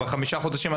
כבר חמישה חודשים.